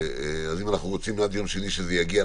אז אם אנחנו רוצים עד יום שני שזה יגיע,